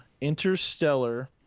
Interstellar